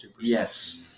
yes